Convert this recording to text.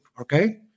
okay